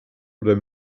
oder